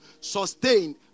sustained